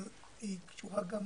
אבל היא קשורה גם